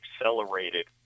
accelerated